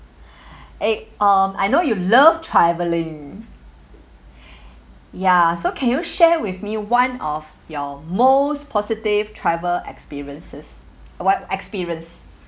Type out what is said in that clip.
eh um I know you love travelling ya so can you share with me one of your most positive travel experiences what experience